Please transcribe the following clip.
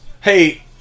Hey